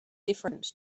different